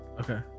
okay